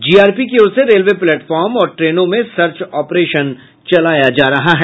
GRP की ओर से रेलवे प्लेटफार्म और ट्रेनों में सर्च ऑपरेशन चलाया जा रहा है